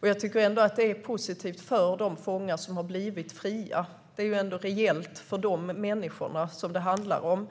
Det är ändå positivt för de fångar som har blivit fria. Det är ändå reellt för de människor som det handlar om.